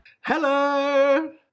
hello